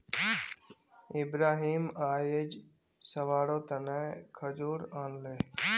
इब्राहिम अयेज सभारो तने खजूर आनले